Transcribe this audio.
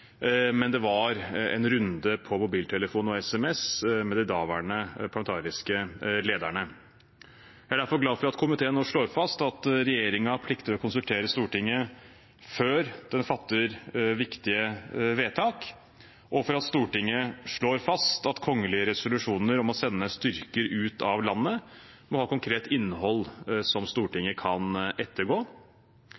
men det var en runde på mobiltelefon og sms med de daværende parlamentariske lederne. Jeg er derfor glad for at komiteen nå slår fast at regjeringen plikter å konsultere Stortinget før den fatter viktige vedtak, og for at Stortinget slår fast at kongelige resolusjoner om å sende styrker ut av landet må ha et konkret innhold som